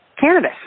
cannabis